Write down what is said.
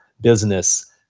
business